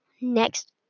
Next